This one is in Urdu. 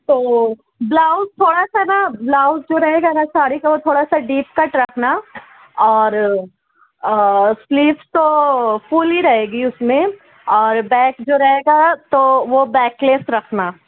تو بلاؤز تھوڑا سا نا بلاؤز جو رہے گا نا ساڑى کا وہ تھوڑا سا ڈیپ کٹ رکھنا اور سلیوز تو فل ہی رہے گی اس میں اور بیک جو رہے گا تو وہ بیک لیس رکھنا